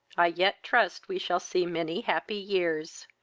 i yet trust we shall see many happy years.